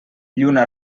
lluna